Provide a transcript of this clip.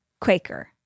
Quaker